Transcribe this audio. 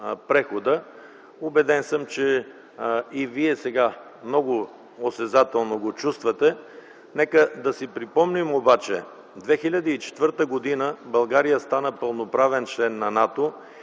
прехода. Убеден съм, че и вие сега много осезателно го чувствате. Нека да си припомним обаче, че през 2004 г. България стана пълноправен член на НАТО